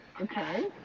Okay